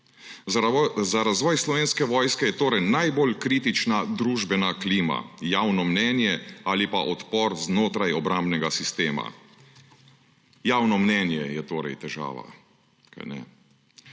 Za razvoj Slovenske vojske je torej najbolj kritična družbena klima, javno mnenje ali pa odpor znotraj obrambnega sistema. Javno mnenje je torej težava?!